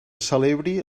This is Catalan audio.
celebri